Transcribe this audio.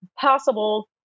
possible